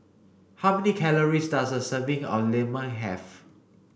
how many calories does a serving of Lemang have